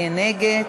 מי נגד?